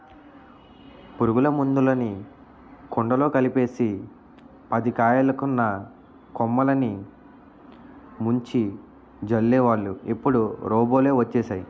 పురుగుల మందులుని కుండలో కలిపేసి పదియాకులున్న కొమ్మలిని ముంచి జల్లేవాళ్ళు ఇప్పుడు రోబోలు వచ్చేసేయ్